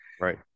Right